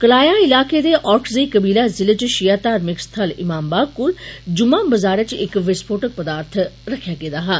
कलाया इलाके दे औरकजई कवीला जिले च शिया धार्मिक स्थल इमामवाग कोल जुमा बाजार च इक विस्फोटक पर्दाथ रक्खेआ गेदा हा